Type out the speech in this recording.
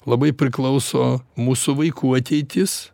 labai priklauso mūsų vaikų ateitis